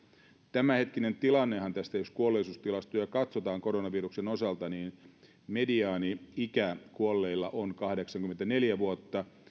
tämänhetkinen tilannehan tässä jos kuolleisuustilastoja katsotaan koronaviruksen osalta on se että mediaani ikä kuolleilla on kahdeksankymmentäneljä vuotta